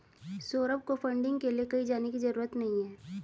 सौरभ को फंडिंग के लिए कहीं जाने की जरूरत नहीं है